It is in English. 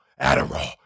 Adderall